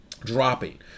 dropping